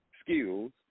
skills